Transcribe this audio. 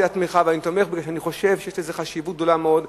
כי אני חושב שיש לזה חשיבות גדולה מאוד.